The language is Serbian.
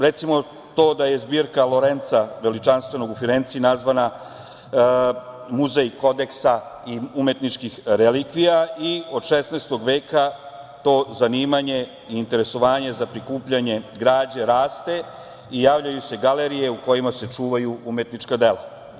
Recimo to da je Zbirka Lorenca Veličanstvenog u Firenci nazvana Muzej kodeksa i umetničkih relikvija i od 16. veka to zanimanje i interesovanje za prikupljanje građe raste i javljaju se galerije u kojima se čuvaju umetnička dela.